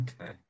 Okay